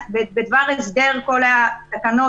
אלא מה שפחות פוגע מבחינת זכויות.